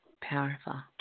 Powerful